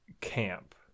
camp